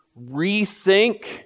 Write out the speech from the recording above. rethink